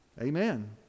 Amen